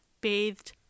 bathed